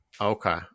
Okay